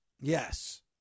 Yes